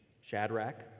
Shadrach